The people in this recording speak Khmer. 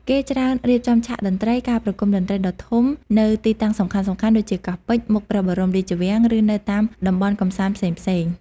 គេច្រើនរៀបចំឆាកតន្ត្រី ការប្រគំតន្ត្រីដ៏ធំនៅទីតាំងសំខាន់ៗដូចជា កោះពេជ្រ មុខព្រះបរមរាជវាំង ឬនៅតាមតំបន់កម្សាន្តផ្សេងៗ។